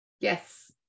Yes